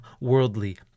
worldly